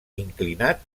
inclinat